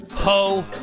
Ho